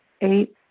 Eight